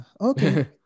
okay